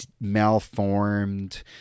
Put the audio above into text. malformed